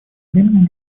времени